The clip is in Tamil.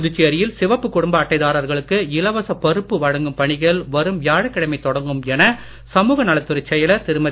புதுச்சேரியில் சிவப்பு குடும்ப அட்டை தாரர்களுக்கு இலவச பருப்பு வழங்கும் பணிகள் வரும் வியாழக்கிழமை தொடங்கும் என சமுக நலத்துறைச் செயலர் திருமதி